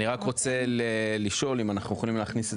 אני רק רוצה לשאול אם אנחנו יכולים להכניס את